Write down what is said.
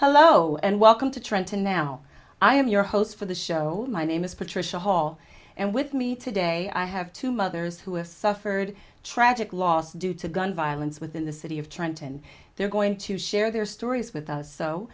hello and welcome to trenton now i am your host for the show my name is patricia hall and with me today i have two mothers who have suffered a tragic loss due to gun violence within the city of trenton they're going to share their stories with us so